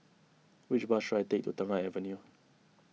which bus should I take to Tengah Avenue